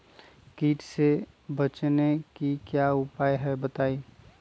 कीट से बचे के की उपाय हैं बताई?